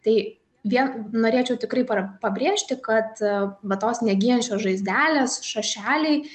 tai vien norėčiau tikrai pa pabrėžti kad va tos negyjančios žaizdelės šašeliai